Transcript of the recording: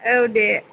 औ दे